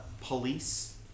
police